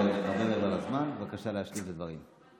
בבקשה להשלים את הדברים.